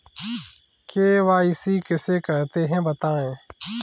KYC किसे कहते हैं बताएँ?